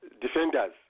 defenders